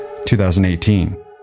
2018